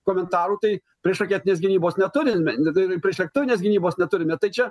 komentarų tai priešraketinės gynybos neturim net ir priešlėktuvinės gynybos neturime tai čia